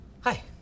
Hi